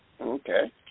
Okay